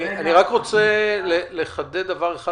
אני רוצה לחדד דבר אחד,